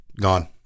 Gone